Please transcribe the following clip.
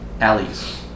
Alleys